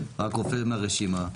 רק רופא מהרשימה.